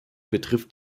betrifft